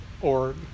org